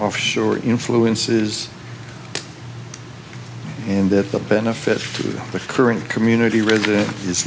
offshore influences and that the benefit to the current community read that i